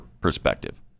perspective